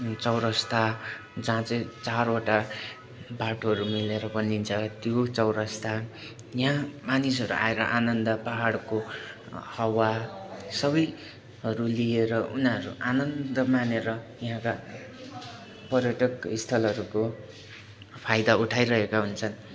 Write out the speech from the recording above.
चौरस्ता जहाँ चाहिँ चारवटा बाटोहरू मिलेर बनिन्छ त्यो चौरस्ता यहाँ मानिसहरू आएर आनन्द पाहाडको हावा सबैहरू लिएर उनीहरू आनन्द मानेर यहाँका पर्यटक स्थलहरूको फाइदा उठाइरहेका हुन्छन्